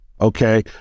Okay